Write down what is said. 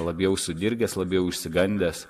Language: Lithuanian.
labiau sudirgęs labiau išsigandęs